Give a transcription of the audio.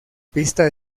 pista